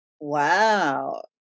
wow